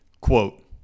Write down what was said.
Quote